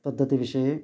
पद्धतिविषये